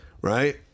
right